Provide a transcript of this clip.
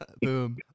Boom